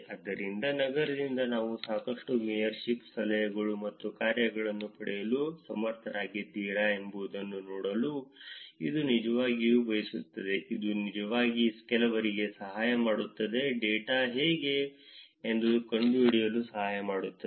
ಆದ್ದರಿಂದ ನಗರದಿಂದ ನೀವು ಸಾಕಷ್ಟು ಮೇಯರ್ಶಿಪ್ ಸಲಹೆಗಳು ಮತ್ತು ಕಾರ್ಯಗಳನ್ನು ಪಡೆಯಲು ಸಮರ್ಥರಾಗಿದ್ದೀರಾ ಎಂಬುದನ್ನು ನೋಡಲು ಇದು ನಿಜವಾಗಿಯೂ ಬಯಸುತ್ತದೆ ಇದು ನಿಜವಾಗಿ ಕೆಲವರಿಗೆ ಸಹಾಯ ಮಾಡುತ್ತದೆ ಡೇಟಾ ಹೇಗೆ ಎಂದು ಕಂಡುಹಿಡಿಯಲು ಸಹಾಯ ಮಾಡುತ್ತದೆ